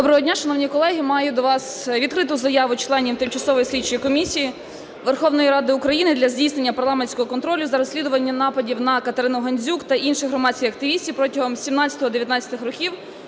Доброго дня, шановні колеги! Маю до вас відкриту заяву членів Тимчасової слідчої комісії Верховної Ради України для здійснення парламентського контролю за розслідуванням нападів на Катерину Гандзюк та інших громадських активістів протягом 2017-2019 років